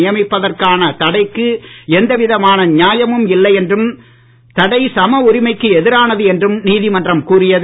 நியமிப்பதற்கான தடைக்கு எந்தவிதமான நியாயமும் இல்லை என்றும் தடை சம உரிமைக்கு எதிரானது என்றும் நீதிமன்றம் கூறியது